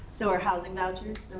so are housing vouchers.